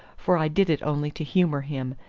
for i did it only to humor him,